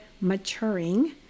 maturing